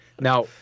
now